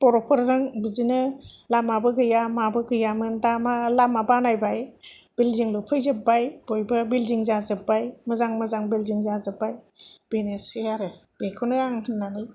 बर'फोरजों बिदिनो लामाबो गैया माबो गैयमोन दा मा लामा बानायबाय बिलडिं लुफै जोबबाय बयबो बिलडिं जाजोबबाय मोजां मोजां बिलडिं जाजोबबाय बेनोसै आरो बेखौनो आं होननानै